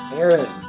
Aaron